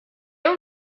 were